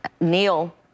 Neil